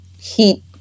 heat